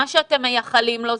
מה שאתם מייחלים לו,